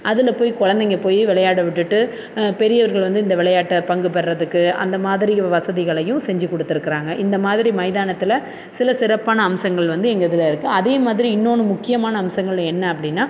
அதில் போய் குழந்தைங்க போய் விளையாட விட்டுட்டு பெரியவர்கள் வந்து இந்த விளையாட்டுல பங்கு பெர்றதுக்கு அந்த மாதிரி வசதிகளையும் செஞ்சு கொடுத்துருக்கறாங்க இந்த மாதிரி மைதானத்தில் சில சிறப்பான அம்சங்கள் வந்து எங்கள் இதில் இருக்குது அதே மாதிரி இன்னொன்று முக்கியமான அம்சங்கள் என்ன அப்படின்னா